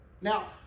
now